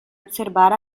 observar